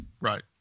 right